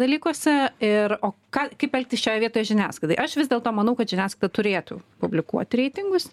dalykuose ir o ką kaip elgtis šioj vietoj žiniasklaidoj aš vis dėlto manau kad žiniasklaida turėtų publikuot reitingus